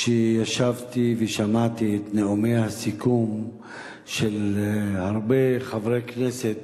כשישבתי ושמעתי את נאומי הסיכום של הרבה חברי כנסת